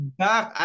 back